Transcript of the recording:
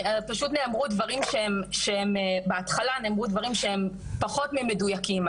פשוט בהתחלה נאמרו דברים שהם פחות מדויקים.